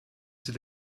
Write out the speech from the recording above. sie